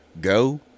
Go